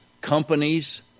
companies